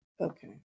Okay